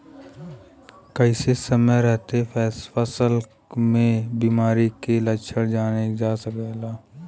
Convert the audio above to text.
कइसे समय रहते फसल में बिमारी के लक्षण जानल जा सकेला?